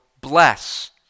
bless